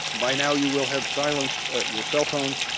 by now you will have silenced your cell phones.